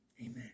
Amen